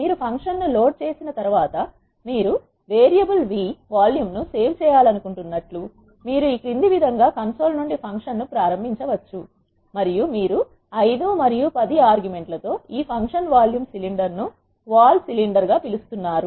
మీరు ఫంక్షన్ ను లోడ్ చేసిన తర్వాత మీరు వేరియబుల్ v వాల్యూమ్ ను సేవ్ చేయాలనుకుంటున్నట్లు మీరు ఈ క్రింది విధంగా కన్సోల్ నుండి ఫంక్షన్ ను ప్రారంభించవచ్చు మరియు మీరు 5 మరియు 10 ఆర్గ్యుమెంట్లతో ఈ ఫంక్షన్ వాల్యూమ్ సిలిండర్ ను పిలుస్తున్నారు